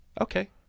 okay